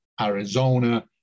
Arizona